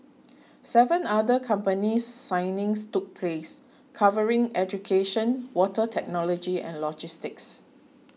seven other company signings took place covering education water technology and logistics